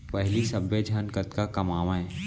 पहिली सब्बे झन कतका कमावयँ